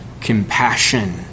compassion